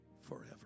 forever